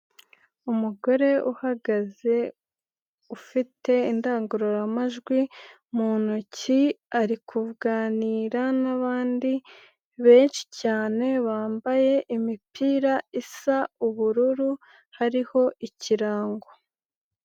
Umugore uhagaze ufite indangururamajwi mu ntoki, ari kuganira n'abandi benshi cyane bambaye imipira isa ubururu hariho ikirango.